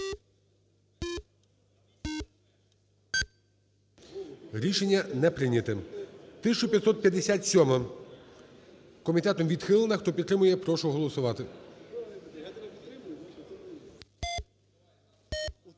Рішення не прийняте. 1557-а. Комітетом відхилена. Хто підтримує, прошу голосувати.